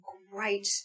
great